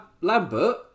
Lambert